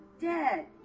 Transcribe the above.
dead